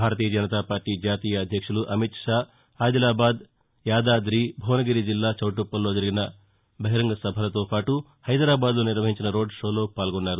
భారతీయ జనతాపార్టీ జాతీయ అధ్యక్షులు అమిత్షా ఆదిలాబాద్ యాదాది భువనగిరి జిల్లా చౌటుప్పల్లో జరిగిన బహిరంగ సభలతో పాటు హైదరాబాద్ లో నిర్వహించిన రోడ్ షోలో పాల్గొన్నారు